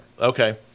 Okay